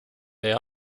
det